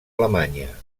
alemanya